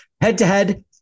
Head-to-head